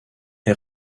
est